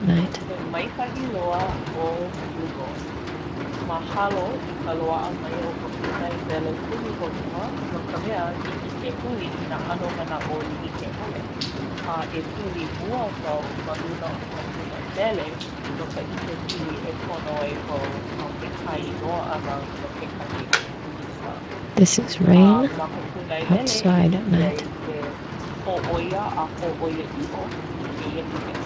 He maikaʻi loa ʻo Google! Mahalo i ka loaʻa mai o ka pūnaewele puni honua no ka mea hiki ke huli i nā ʻano manaʻo like ʻole. A e huli mua wau ma luna o ka pūnaewele no ka ʻikepili e pono ai wau no ke kāinoa ʻana no kekahi ʻano visa. A ma ka pūnaewele e hiki ai ke hōʻoia a hōʻoiaʻiʻo i kēia ʻike.